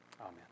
Amen